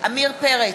עמיר פרץ,